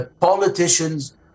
politicians